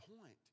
point